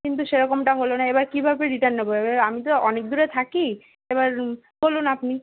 কিন্তু সেরকমটা হলো না এবার কীভাবে রিটার্ন নেবো এবার আমি তো অনেক দূরে থাকি এবার বলুন আপনি